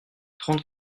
trente